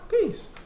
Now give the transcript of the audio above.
Peace